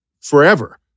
forever